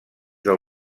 del